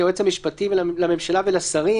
חוק ומשפט וליועץ המשפטי לממשלה ולשרים